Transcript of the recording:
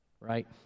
right